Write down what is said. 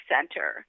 Center